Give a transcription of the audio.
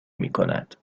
میکند